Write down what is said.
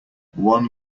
one